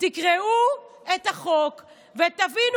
תקראו את החוק ותבינו.